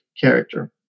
character